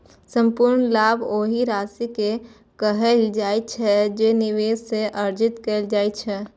संपूर्ण लाभ ओहि राशि कें कहल जाइ छै, जे निवेश सं अर्जित कैल जाइ छै